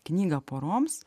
knygą poroms